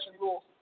rules